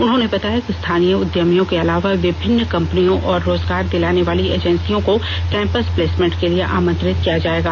उन्होंने बताया कि स्थानीय उद्यमियों के अलावा विभिन्न कंपनियों और रोजगार दिलाने वाली एजेंसियों को कैंपस प्लेसमेंट के लिए आमंत्रित किया जाएगा